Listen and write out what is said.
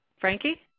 Frankie